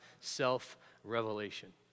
self-revelation